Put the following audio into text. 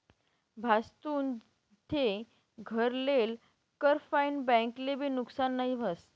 भाजतुन ठे घर लेल कर फाईन बैंक ले भी नुकसान नई व्हस